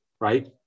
Right